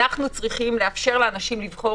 אנחנו צריכים לאפשר לאנשים לבחור,